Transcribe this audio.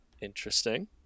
Interesting